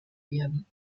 werden